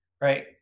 Right